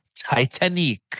Titanic